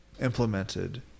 implemented